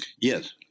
Yes